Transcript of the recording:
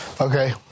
Okay